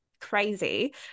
crazy